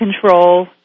control